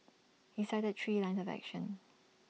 he cited three lines of action